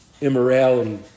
immorality